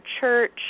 church